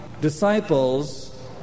disciples